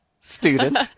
student